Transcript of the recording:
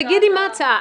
תגידי מה ההצעה.